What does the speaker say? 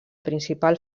principal